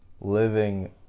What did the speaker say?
Living